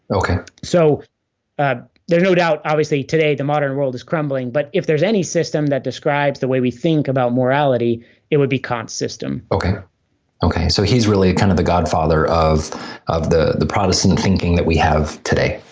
okay so ah there's no doubt, obviously today the modern world is crumbling but if there's any system that describes the way we think about morality it would be kant's system okay okay so he's really kind of the godfather of of the the protestant thinking that we have today?